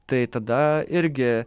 tai tada irgi